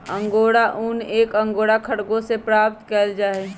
angora ऊन एक angora खरगोश से प्राप्त कइल जाहई